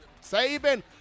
saving